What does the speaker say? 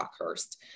Rockhurst